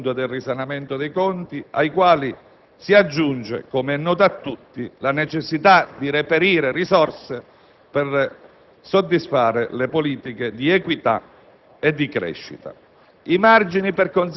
relativamente all'obiettivo del risanamento dei conti, ai quali si aggiunge, come è noto a tutti, la necessità di reperire risorse per soddisfare le politiche di equità